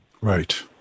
Right